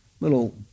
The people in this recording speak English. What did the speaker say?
little